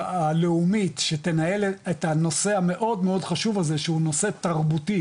הלאומית שתנהל את הנושא המאוד מאוד חשוב הזה שהוא נושא תרבותי,